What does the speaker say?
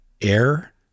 air